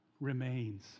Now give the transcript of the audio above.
remains